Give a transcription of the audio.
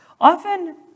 Often